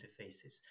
interfaces